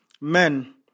Men